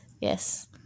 Yes